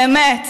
באמת.